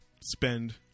spend